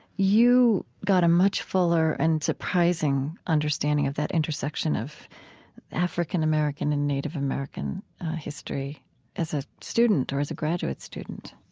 you got a much fuller and surprising understanding of that intersection of african-american and native american history as a student, or as a graduate student